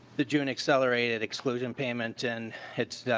the june accelerated exclusion payment. and it yeah